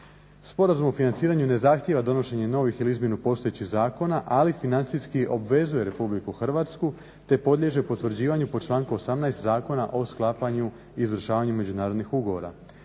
Sporazum o financiranju ne zahtijeva donošenje novih ili izmjenu postojećih zakona, ali financijski obvezuje Republiku Hrvatsku te podliježe potvrđivanju po članku 18. Zakona o sklapanju i izvršavanju međunarodnih ugovora.